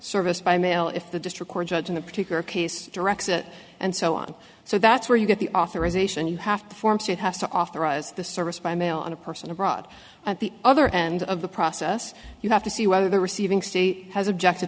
service by mail if the district court judge in a particular case directs it and so on so that's where you get the authorization you have to form it has to authorize the service by mail on a person abroad at the other end of the process you have to see whether the receiving state has object